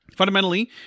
fundamentally